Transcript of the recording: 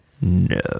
no